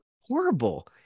horrible